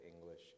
English